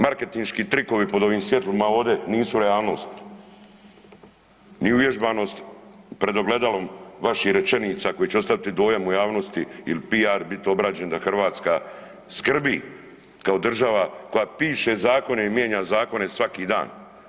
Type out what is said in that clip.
Marketinški trikovi pod ovim svjetlima ovdje nisu realnost, ni uvježbanost pred ogledalom vaših rečenica koje će ostaviti dojam u javnosti ili PR biti obrađen da Hrvatska skrbi kao država koja piše zakone i mijenja zakone svaki dan.